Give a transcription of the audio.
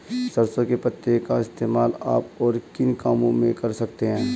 सरसों के पत्तों का इस्तेमाल आप और किन कामों में कर सकते हो?